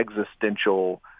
existential